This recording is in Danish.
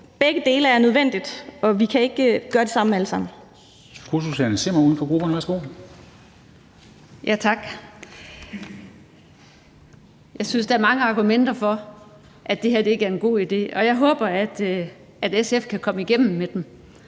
Begge dele er nødvendigt, og vi kan ikke gøre det samme alle sammen.